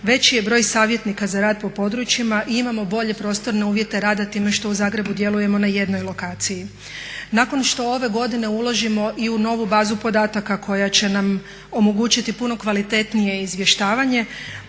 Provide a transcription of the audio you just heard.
veći je broj savjetnika za rad po područjima i imamo bolje prostorne uvjete rada time što u Zagrebu djelujemo na jednoj lokaciji. Nakon što ove godine uložimo i u novu bazu podataka koja će nam omogućiti puno kvalitetnije izvještavanje